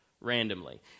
randomly